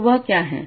तो वह क्या है